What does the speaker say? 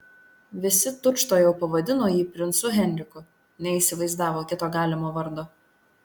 visi tučtuojau pavadino jį princu henriku neįsivaizdavo kito galimo vardo